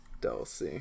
Dulce